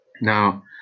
Now